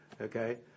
okay